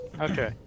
Okay